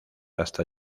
hasta